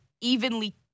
evenly